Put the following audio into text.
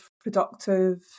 productive